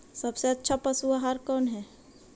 सबसे अच्छा पशु आहार कौन है?